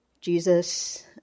Jesus